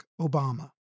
Obama